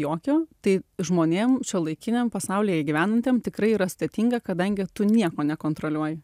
jokio tai žmonėm šiuolaikiniam pasaulyje gyvenantiems tikrai yra sudėtinga kadangi tu nieko nekontroliuoji